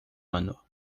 ano